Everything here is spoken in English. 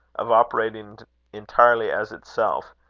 of operating entirely as itself,